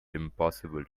impossible